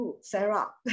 Sarah